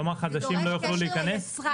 כלומר, חדשים לא יוכלו להיכנס?